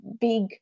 big